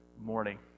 morning